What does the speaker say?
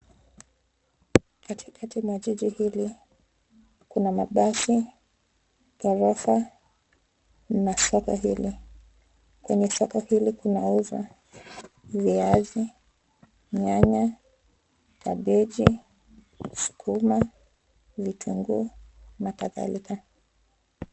Katikati mwa jiji hili, kuna mabasi , ghorofa na soko hili. Kwenye soko hili kunauzwa viazi, nyanya, kabechi, sukuma, vitunguu na kadhalika.